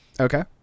Okay